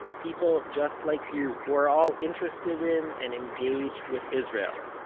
people just like you, who are all interested in and engaged with israel.